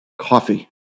coffee